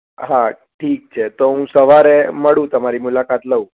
હા ઠીક છે તો હું સવારે મળું તમારી મુલાકાત લઉં